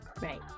Right